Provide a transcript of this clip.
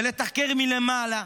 ולתחקר מלמעלה,